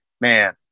Man